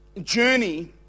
journey